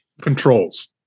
controls